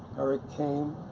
eric came,